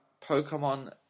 Pokemon